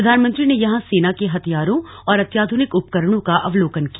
प्रधानमंत्री ने यहां सेना के हथियारों और अत्याध्रनिक उपकरणों का अवलोकन किया